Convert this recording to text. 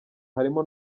harimo